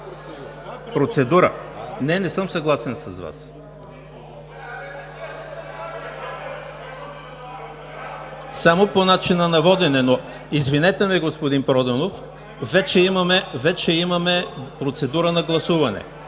Процедура? Не, не съм съгласен с Вас. Само по начина на водене, но извинете ме, господин Проданов, вече имаме процедура на гласуване.